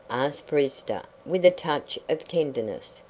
asked brewster, with a touch of tenderness.